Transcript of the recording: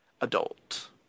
adult